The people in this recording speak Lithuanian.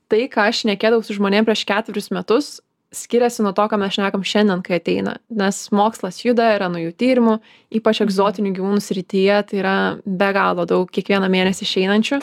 tai ką šnekėdavau su žmonėm prieš ketverius metus skiriasi nuo to ką mes šnekam šiandien kai ateina nes mokslas juda yra naujų tyrimų ypač egzotinių gyvūnų srityje tai yra be galo daug kiekvieną mėnesį išeinančių